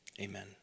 amen